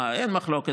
לא, אין מחלוקת.